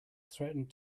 threatened